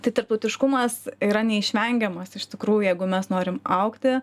tai tarptautiškumas yra neišvengiamas iš tikrųjų jeigu mes norim augti